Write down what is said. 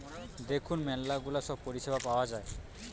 দেখুন ম্যালা গুলা সব পরিষেবা পাওয়া যায়